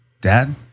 dad